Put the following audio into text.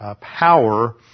power